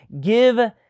give